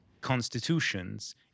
constitutions